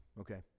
okay